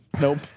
Nope